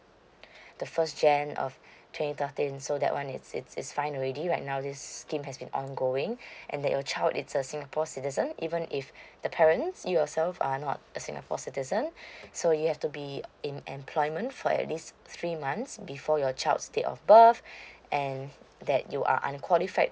the first jan of twenty thirteen so that one it's it's it's fine already right now this scheme has been ongoing and that your child is a singapore citizen even if the parents you yourself are not a singapore citizen so you have to be in employment for at least three months before your child's date of birth and that you are unqualified